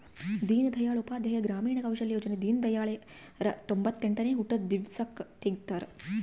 ದೀನ್ ದಯಾಳ್ ಉಪಾಧ್ಯಾಯ ಗ್ರಾಮೀಣ ಕೌಶಲ್ಯ ಯೋಜನೆ ದೀನ್ದಯಾಳ್ ರ ತೊಂಬೊತ್ತೆಂಟನೇ ಹುಟ್ಟಿದ ದಿವ್ಸಕ್ ತೆಗ್ದರ